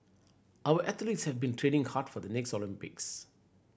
our athletes have been training hard for the next Olympics